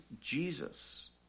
Jesus